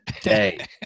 day